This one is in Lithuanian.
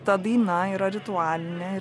ta daina yra ritualinė